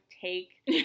take